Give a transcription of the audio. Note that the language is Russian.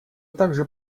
также